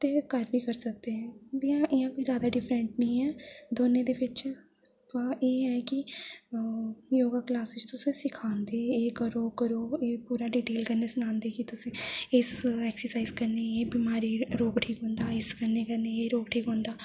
ते घर बी करी सकदे जि'यां इ'यां जादा डिफरेंट निं ऐ दौनें दे बिच एह् ऐ कि योगा क्लॉसेज़ च तुस सिखांदे की एह् करो ओह् करो एह् पूरा डिटेल कन्नै सनांदे कि तुस इस एक्सरसाइज़ कन्नै एह् बीमारी रोग ठीक होंदा इस कन्नै कन्नै एह् रोग ठीक होंदा